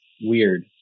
Weird